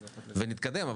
ונתקדם.